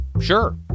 Sure